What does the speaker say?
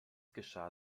geschah